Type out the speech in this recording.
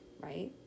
Right